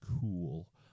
cool